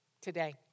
today